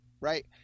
right